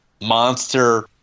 monster